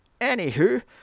anywho